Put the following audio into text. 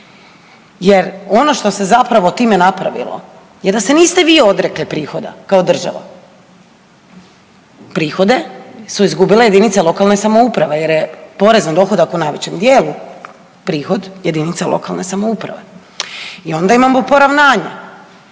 jer ono što se zapravo time napravilo je da se niste vi odrekli prihoda kao država, prihode su izgubile JLS jer je porez na dohodak u najvećem dijelu prihod JLS i onda imamo poravnanja,